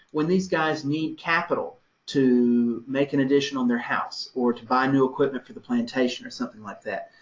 when these guys need capital to make an addition addition on their house or to buy new equipment for the plantation or something like that,